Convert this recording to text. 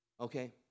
okay